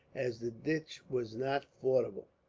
as the ditch was not fordable.